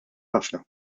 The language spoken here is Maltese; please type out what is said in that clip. ħafna